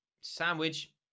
sandwich